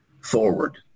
forward